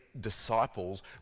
disciples